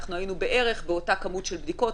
היינו בערך באותה כמות של בדיקות.